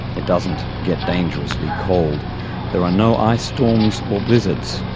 it doesn't get dangerously cold there are no ice storms or blizzards.